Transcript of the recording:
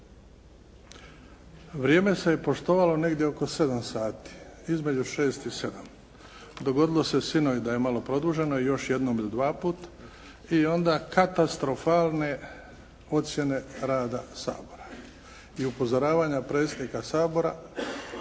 Vrijeme se poštovalo negdje oko 7 sati, između 6 i 7. Dogodilo se sinoć da je malo produženo i još jednom ili dvaput i onda katastrofalne ocjene rada Sabora i upozoravanja predsjednika Sabora